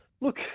Look